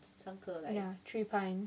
ya three pint